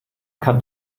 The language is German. kann